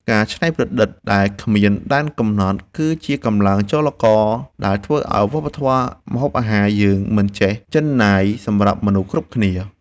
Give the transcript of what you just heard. ការច្នៃប្រឌិតដែលគ្មានដែនកំណត់គឺជាកម្លាំងចលករដែលធ្វើឱ្យវប្បធម៌ម្ហូបអាហារយើងមិនចេះជិនណាយសម្រាប់មនុស្សគ្រប់គ្នា។